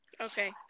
Okay